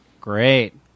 great